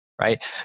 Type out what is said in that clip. Right